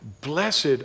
Blessed